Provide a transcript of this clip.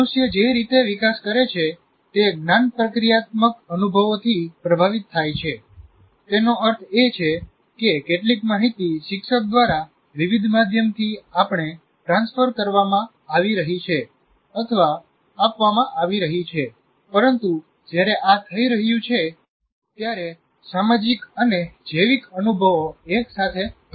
મનુષ્ય જે રીતે વિકાસ કરે છે તે જ્ઞાન પ્રક્રિયાત્મક અનુભવોથી પ્રભાવિત થાય છે તેનો અર્થ એ છે કે કેટલીક માહિતી શિક્ષક દ્વારા વિવિધ માધ્યમથી આપણે ટ્રાન્સફર કરવામાં આવી રહી છે અથવા આપવામાં આવી રહી છે પરંતુ જ્યારે આ થઈ રહ્યું છે ત્યારે સામાજિક અને જૈવિક અનુભવો એક સાથે ઘટી રહ્યા છે